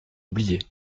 oubliée